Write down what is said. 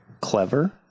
clever